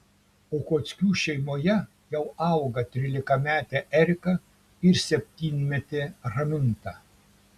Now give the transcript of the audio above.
okockių šeimoje jau auga trylikametė erika ir septynmetė raminta